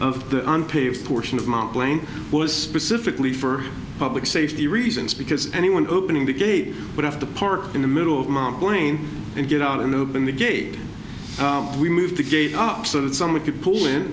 of the unpaved portion of mont blanc was specifically for public safety reasons because anyone opening the gate would have to park in the middle of my brain and get out and open the gate we moved the gate up so that someone could pull